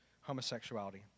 homosexuality